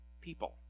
people